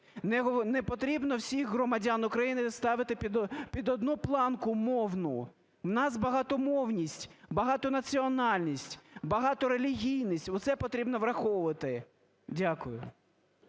не потрібно всіх громадян України ставити під одну планку мовну. В нас багатомовність, багатонаціональність, багаторелігійність. Оце потрібно враховувати. Дякую.